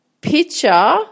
picture